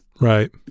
Right